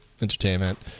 Entertainment